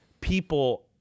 people